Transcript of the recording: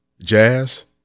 Jazz